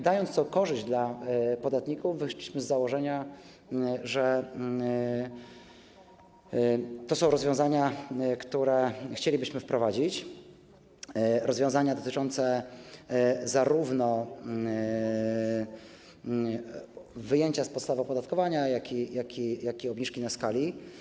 Dając tę korzyść dla podatników, wyszliśmy z założenia, że to są rozwiązania, które chcielibyśmy wprowadzić, rozwiązania dotyczące zarówno wyjęcia z podstawy opodatkowania, jak i obniżki na skali.